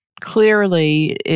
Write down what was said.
Clearly